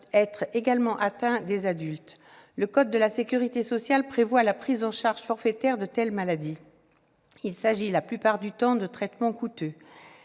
également être atteints des adultes. Le code de la sécurité sociale prévoit la prise en charge forfaitaire de telles maladies. Il s'agit la plupart du temps de traitements coûteux.